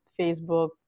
facebook